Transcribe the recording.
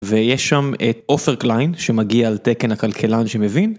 ויש שם את עופר קליין, שמגיע על תקן הכלכלן שמבין.